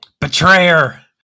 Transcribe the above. Betrayer